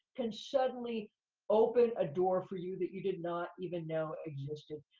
can suddenly open a door for you that you did not even know existed.